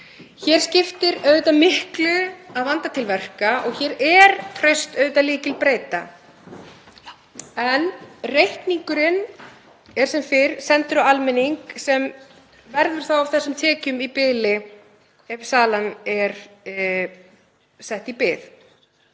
Hér skiptir auðvitað miklu að vanda til verka og hér er traust auðvitað lykilbreyta. En reikningurinn er sem fyrr sendur á almenning sem verður þá af þessum tekjum í bili ef salan er sett á bið.